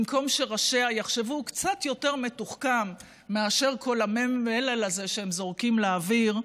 במקום שראשיה יחשבו מתוחכם קצת יותר מכל המלל הזה שהם זורקים לאוויר,